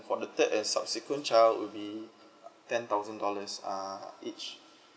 for the third and subsequent child will be ten thousand dollars err each